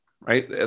right